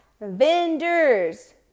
vendors